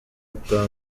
bwa